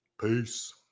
Peace